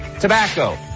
tobacco